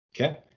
Okay